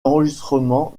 enregistrements